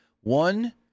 One